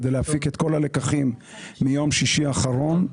כדי להפיק את כל הלקחים מיום שישי האחרון.